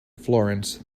florence